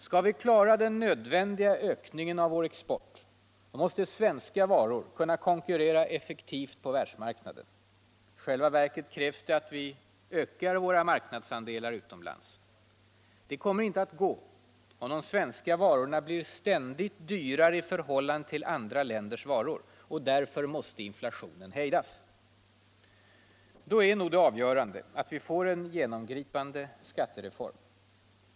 Skall vi klara den nödvändiga ökningen av vår export, måste svenska varor kunna konkurrera effektivt på världsmarknaden. I själva verket krävs det att vi ökar våra marknadsandelar utomlands. Det kommer inte att gå om de svenska varorna blir ständigt dyrare i förhållande till andra länders varor. Därför måste inflationen hejdas. Då är nog det avgörande att vi får en genomgripande skattereform.